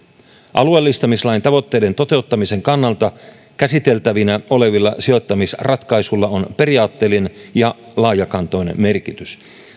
alueellistamislain tavoitteiden toteuttamisen kannalta käsiteltävinä olevilla sijoittamisratkaisuilla on periaatteellinen ja laajakantoinen merkitys